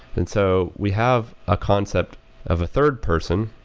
and so we have a concept of a third person,